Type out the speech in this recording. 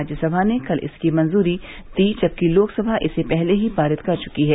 राज्यसमा ने कल इसकी मंजूरी दी जबकि लोकसभा इसे पहले ही पारित कर चुकी है